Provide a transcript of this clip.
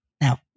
Now